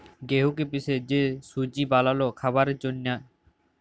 গেঁহুকে পিসে যে সুজি বালাল খাবারের জ্যনহে